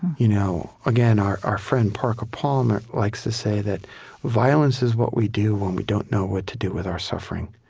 you know again, our our friend parker palmer likes to say that violence is what we do when we don't know what to do with our suffering.